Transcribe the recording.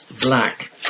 black